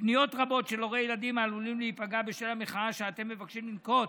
פניות רבות של הורי ילדים העלולים להיפגע בשל המחאה שאתם מבקשי לנקוט